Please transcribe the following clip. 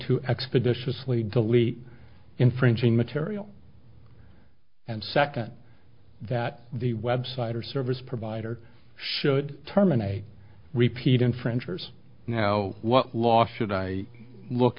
to expeditiously delete infringing material and second that the website or service provider should terminate repeat infringers now what law should i look